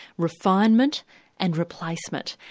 refinement and replacement.